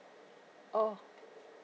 oh